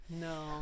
No